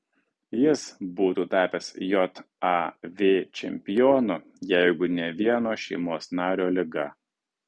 jis būtų tapęs jav čempionu jeigu ne vieno šeimos nario liga